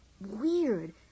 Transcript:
weird